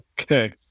Okay